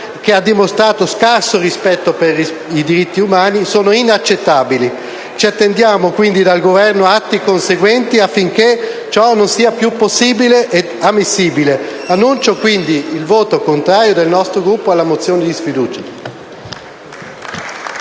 che ha dimostrato scarso rispetto per i diritti umani, sono inaccettabili. Ci attendiamo quindi dal Governo atti conseguenti affinché ciò non sia più possibile perché non è ammissibile. Dichiaro pertanto il voto contrario del nostro Gruppo alla mozione di sfiducia.